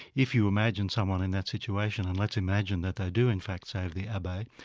if you imagine someone in that situation, and let's imagine that they do in fact save the abbe,